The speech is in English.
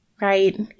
right